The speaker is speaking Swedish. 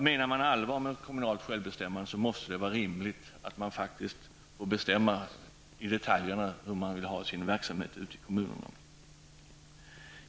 Menar man allvar med kommunalt självbestämmande måste det vara rimligt att kommunerna faktiskt får bestämma i detalj hur de vill ha verksamheten ute i kommunerna.